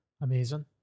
amazing